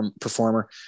performer